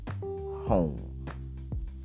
home